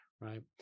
right